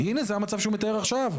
הנה זה המצב שהוא מתאר עכשיו.